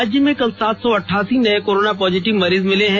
राज्य में कल सात सौ अठासी नए कोरोना पॉजिटिव मरीज मिले हैं